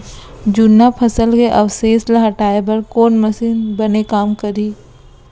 जुन्ना फसल के अवशेष ला हटाए बर कोन मशीन बने काम करही?